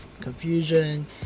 confusion